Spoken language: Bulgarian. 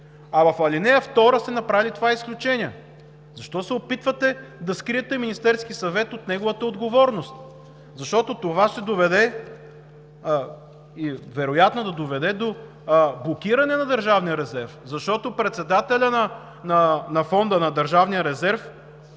а в ал. 2 сте направили това изключение? Защо се опитвате да скриете Министерския съвет от неговата отговорност? Защото това ще доведе, и е вероятно да доведе, до блокиране на Държавния резерв, защото председателят на Държавния